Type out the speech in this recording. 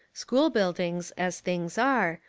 school buildings, as things are,